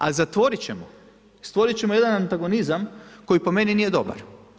A zatvorit ćemo, stvorit ćemo jedan antagonizam koji po meni nije dobar.